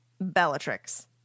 Bellatrix